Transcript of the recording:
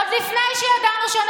אם לציונות הדתית לא היו שישה מנדטים,